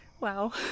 Wow